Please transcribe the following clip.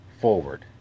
forward